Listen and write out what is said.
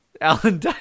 Alan